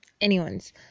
anyone's